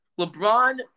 LeBron